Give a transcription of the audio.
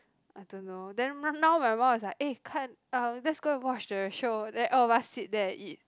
I don't know then run now my mum was like eh 看 uh let's go and watch the show then all of us sit there and eat